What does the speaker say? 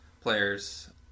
players